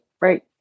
right